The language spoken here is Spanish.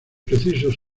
precisos